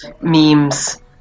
memes